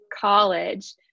college